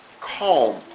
calm